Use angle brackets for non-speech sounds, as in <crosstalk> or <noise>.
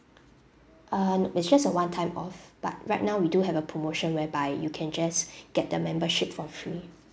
uh nope it's just a one time off but right now we do have a promotion whereby you can just <breath> get the memberships for free